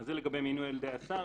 זה לגבי מינוי על ידי השר.